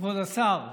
כבוד השר,